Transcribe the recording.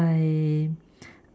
I